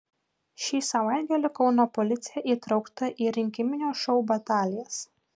šį savaitgalį kauno policija įtraukta į rinkiminio šou batalijas